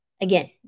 Again